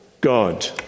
God